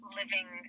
living